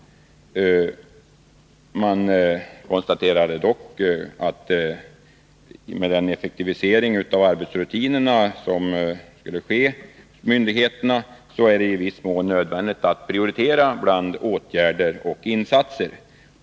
Man konstaterade dock att med den effektivisering av arbetsrutinerna som skulle ske hos myndigheterna var det i viss mån nödvändigt att prioritera bland åtgärder och insatser.